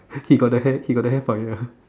he got the hair he got the hair for it ah